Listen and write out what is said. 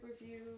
review